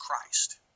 Christ